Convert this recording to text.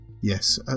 Yes